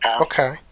Okay